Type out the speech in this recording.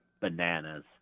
bananas